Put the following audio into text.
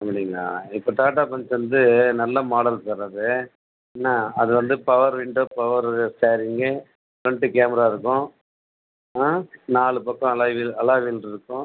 அப்படிங்களா இப்போ டாட்டா பஞ்ச் வந்து நல்ல மாடல் சார் அது என்ன அது வந்து power window power steering front camera இருக்கும் ஆ நாலு பக்கம் அலாய் வீல் அலாய் வீல் இருக்கும்